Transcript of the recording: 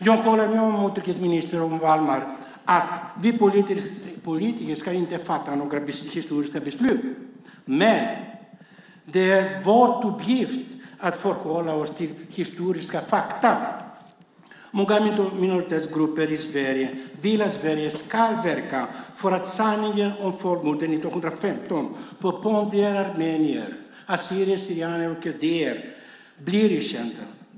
Jag håller med utrikesministern och Wallmark om att vi politiker inte ska fatta politiska beslut om historien, men det är vår uppgift att förhålla oss till historiska fakta. Några minoritetsgrupper i Sverige vill att Sverige ska verka för att sanningen om folkmorden 1915 på pontiska greker, armenier och assyrier kaldéer blir erkända.